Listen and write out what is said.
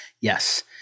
Yes